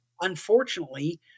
Unfortunately